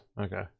Okay